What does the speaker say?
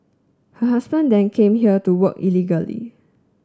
her husband then came here to work illegally